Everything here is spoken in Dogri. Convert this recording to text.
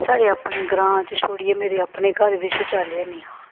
साढ़े अपने ग्रांऽ च छोड़ियै मेरे अपने घर बी शौचालय हैनी हा